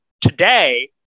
today